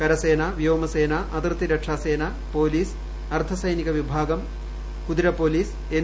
കരസേന വ്യോമസേന അതിർത്തി രക്ഷാസേന പോലീസ് അർദ്ധ സൈനിക വിഭാഗം കുതിര പോലീസ് എൻ